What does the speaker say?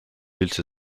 üldse